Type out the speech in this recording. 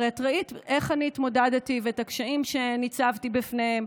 הרי את ראית איך אני התמודדתי ואת הקשיים שניצבתי בפניהם,